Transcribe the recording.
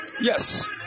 Yes